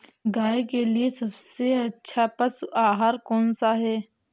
गाय के लिए सबसे अच्छा पशु आहार कौन सा है?